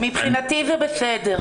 --- מבחינתי זה בסדר.